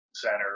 center